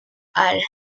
halle